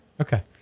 Okay